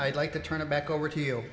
i'd like to turn it back over to you